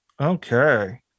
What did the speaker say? okay